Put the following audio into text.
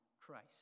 christ